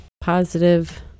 positive